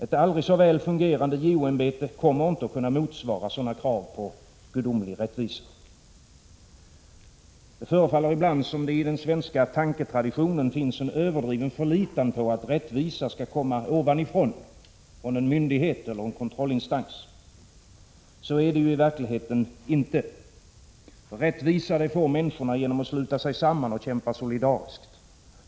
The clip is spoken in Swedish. Ett aldrig så väl fungerande JO-ämbete kommer inte att motsvara sådana krav på gudomlig rättvisa. Det förefaller ibland som om det i den svenska tanketraditionen finns en överdriven förlitan på att rättvisa skall komma ovanifrån, från en myndighet eller en kontrollinstans. Så är det ju i verkligheten inte. Rättvisa får människor genom att sluta sig samman och kämpa solidariskt.